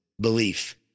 belief